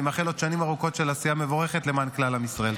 אני מאחל עוד שנים ארוכות של עשייה מבורכת למען כלל עם ישראל.